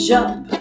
Jump